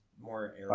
more